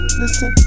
listen